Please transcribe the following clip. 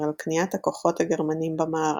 על כניעת הכוחות הגרמנים במערב,